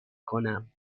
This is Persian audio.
کنم